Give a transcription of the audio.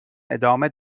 ادامه